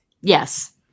Yes